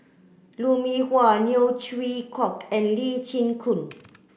Lou Mee Wah Neo Chwee Kok and Lee Chin Koon